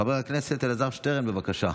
חבר הכנסת אלעזר שטרן, בבקשה.